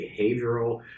behavioral